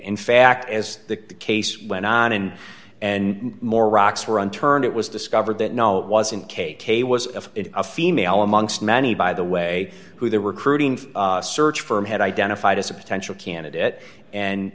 in fact as the case went on and and more rocks were unturned it was discovered that no it wasn't k k was of a female amongst many by the way who they were cruising search firm had identified as a potential candidate and